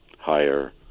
higher